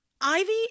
Ivy